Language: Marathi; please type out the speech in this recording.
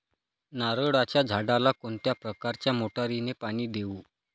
नारळाच्या झाडाला कोणत्या प्रकारच्या मोटारीने पाणी देऊ?